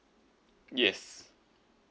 yes